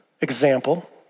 example